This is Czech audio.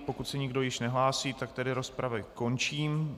Pokud se nikdo již nehlásí, tak tedy rozpravu končím.